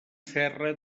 serra